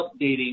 updating